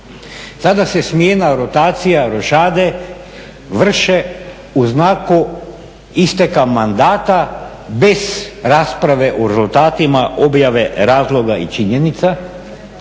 sada se smjena, rotacija, rošade vrše u znaku isteka mandata bez rasprave o rezultatima objave razloga i činjenica.